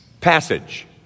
passage